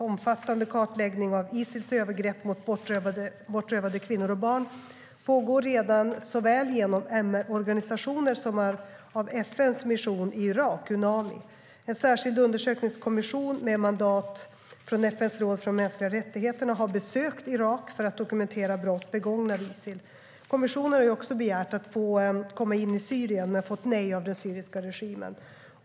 Omfattande kartläggning av Isils övergrepp mot bortrövade kvinnor och barn pågår redan genom såväl MR-organisationer som av FN:s mission i Irak, Unami. En särskild undersökningskommission med mandat från FN:s råd för de mänskliga rättigheterna har besökt Irak för att dokumentera brott begångna av Isil. Kommissionen har också begärt att få komma in i Syrien men har fått nej av den syriska regimen.